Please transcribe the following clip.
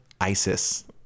ISIS